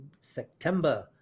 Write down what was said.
September